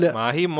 mahi